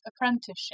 apprenticeship